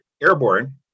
airborne